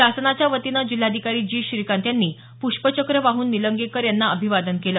शासनाच्या वतीने जिल्हाधिकारी जी श्रीकांत यांनी प्रष्पचक्र वाहून निलंगेकर यांना अभिवादन केल